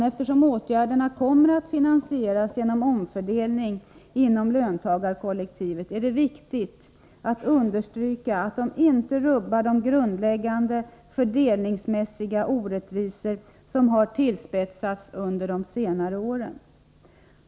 Eftersom åtgärderna kommer att finansieras genom omfördelning inom löntagarkollektivet, är det viktigt att understryka att de inte rubbar de grundläggande fördelningsmässiga orättvisor som har tillspetsats under de senaste åren.